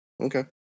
Okay